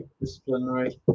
disciplinary